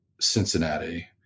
Cincinnati